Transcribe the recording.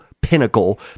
pinnacle